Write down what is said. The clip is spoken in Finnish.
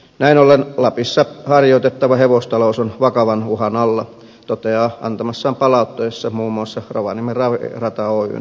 näin ollen lapissa harjoitettava hevostalous on vakavan uhan alla toteaa antamassaan palautteessa muun muassa rovaniemen ravirata oyn toimitusjohtaja